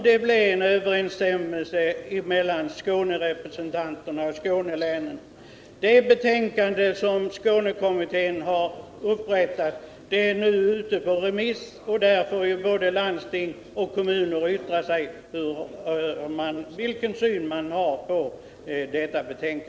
Det betänkande som Skånekommittén har upprättat är nu på remiss, och där får både landsting och kommuner ange sin syn på denna fråga.